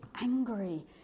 angry